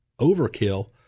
overkill